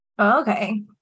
Okay